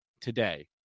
today